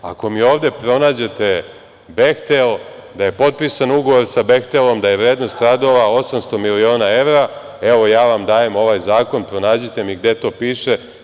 Ako mi ovde pronađete „Behtel“, da je potpisan ugovor sa „Behtelom“, da je vrednost radova 800 miliona evra, evo, ja vam dajem ovaj zakon, pronađite gde to piše.